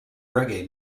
reggae